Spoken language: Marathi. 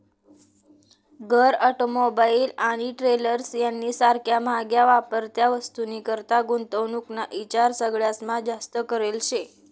घर, ऑटोमोबाईल आणि ट्रेलर्स यानी सारख्या म्हाग्या वापरत्या वस्तूनीकरता गुंतवणूक ना ईचार सगळास्मा जास्त करेल शे